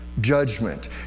judgment